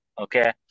Okay